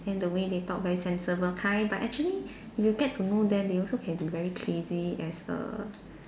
then the way they talk very sensible kind but actually if you get to know them they also can be very crazy as a